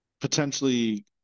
potentially